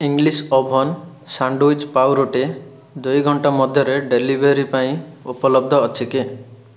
English oven sandwich ପାଉରୁଟି ଦୁଇ ଘଣ୍ଟାମଧ୍ୟରେ ଡେଲିଭରି ପାଇଁ ଉପଲବ୍ଧ ଅଛି କି